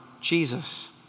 Jesus